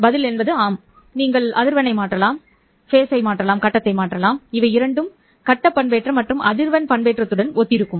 பதில் ஆம் நீங்கள் அதிர்வெண்ணை மாற்றலாம் கட்டத்தை மாற்றலாம் இவை இரண்டும் கட்ட பண்பேற்றம் மற்றும் அதிர்வெண் பண்பேற்றத்துடன் ஒத்திருக்கும்